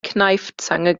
kneifzange